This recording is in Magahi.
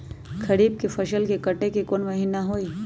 खरीफ के फसल के कटे के कोंन महिना हई?